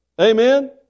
Amen